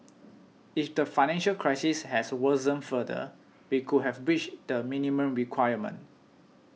if the financial crisis has worsened further we could have breached the minimum requirement